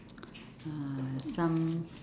uh some